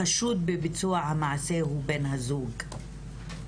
החשוד בביצוע המעשה הוא בן הזוג.